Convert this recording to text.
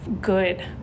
good